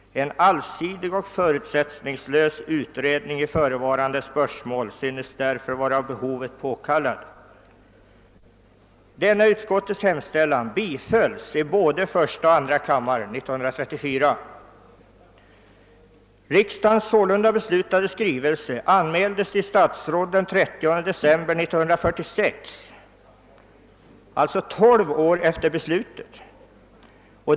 En allsidig och förutsättningslös utredning i förevarande spörsmål synes därför vara av behovet påkallad.» Denna utskottets hemställan bifölls i både första och andra kammaren. Det var alltså år 1934. Riksdagens sålunda beslutade skrivelse anmäldes i statsrådet den 30 december 1946, alltså tolv år efter beslutet!